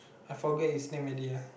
I forget his name already ah